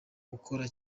gukora